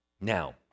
Now